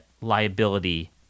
liability